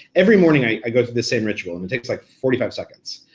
every morning i go through the same ritual and it takes, like, forty five seconds.